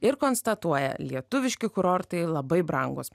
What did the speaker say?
ir konstatuoja lietuviški kurortai labai brangūs